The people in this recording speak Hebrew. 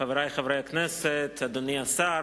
תודה, חברי חברי הכנסת, אדוני השר,